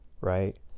right